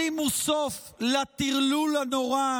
שימו סוף לטרלול הנורא.